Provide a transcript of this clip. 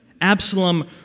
Absalom